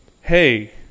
hey